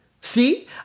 See